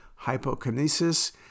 hypokinesis